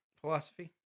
philosophy